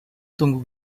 tunggu